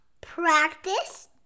Practice